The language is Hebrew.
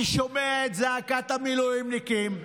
אני שומע את זעקת המילואימניקים.